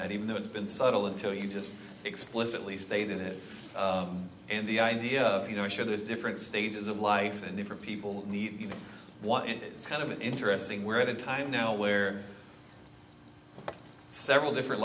that even though it's been subtle until you just explicitly stated it and the idea you know sure there's different stages of life and different people need one and it's kind of an interesting where the time now where several different